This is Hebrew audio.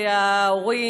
חברתי